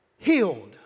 Healed